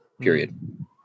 Period